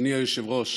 אדוני היושב-ראש,